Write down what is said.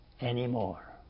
anymore